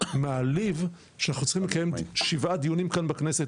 מעליב שאנחנו צריכים לקיים כאן שבעה דיונים בכנסת,